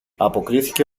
αποκρίθηκε